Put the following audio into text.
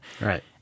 right